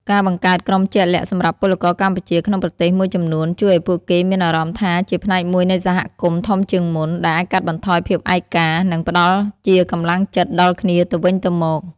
ការបង្កើតក្រុមជាក់លាក់សម្រាប់ពលករកម្ពុជាក្នុងប្រទេសមួយចំនួន ជួយឲ្យពួកគេមានអារម្មណ៍ថាជាផ្នែកមួយនៃសហគមន៍ធំជាងមុន ដែលអាចកាត់បន្ថយភាពឯកា និងផ្តល់ជាកម្លាំងចិត្តដល់គ្នាទៅវិញទៅមក ។